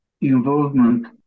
involvement